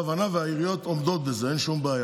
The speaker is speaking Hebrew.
העיריות עומדות בזה, אין שום בעיה.